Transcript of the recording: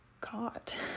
caught